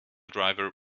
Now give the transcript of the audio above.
driver